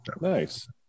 Nice